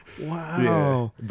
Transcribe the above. Wow